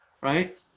right